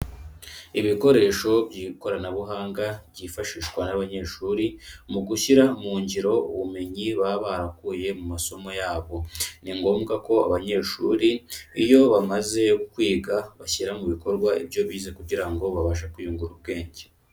Ibikoresho by'ikoranabuhanga byifashishwa n'abanyeshuri mu gushyira mu ngiro ubumenyi baba barakuye mu masomo yabo. Ni ngombwa ko abanyeshuri iyo bamaze kwiga bashyira mu bikorwa ibyo bize kugira ngo babashe kuyungura ubwenge.